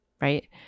Right